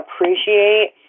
appreciate